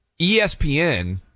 ESPN